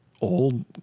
old